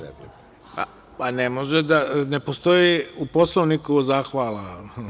Replika? [[Nataša Mihailović Vacić: Nije replika, samo da se zahvalim.]] Ne može, ne postoji u Poslovniku „zahvala“